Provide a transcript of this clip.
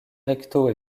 recto